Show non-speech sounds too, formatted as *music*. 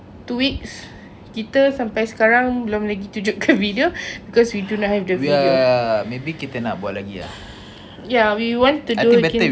two weeks kita sampai sekarang belum lagi tunjukkan video because we do not have the video *breath* ya we want to do again